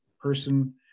person